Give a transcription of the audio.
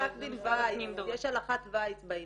יש הלכת וייס בעניין,